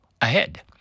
ahead